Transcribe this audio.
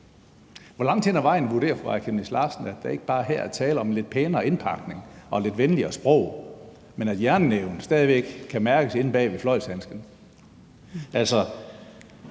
hvor langt hen ad vejen vurderer fru Aaja Chemnitz Larsen at der ikke bare her er tale om en lidt pænere indpakning og et lidt venligere sprog, men at jernnæven stadig væk kan mærkes inde bag fløjlshandsken?